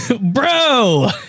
Bro